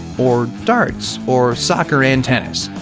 or darts. or soccer and tennis?